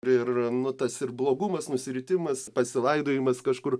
ir nu tas ir blogumas nusiritimas pasilaidojimas kažkur